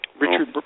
Richard